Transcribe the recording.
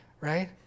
right